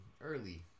early